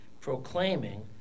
proclaiming